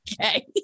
Okay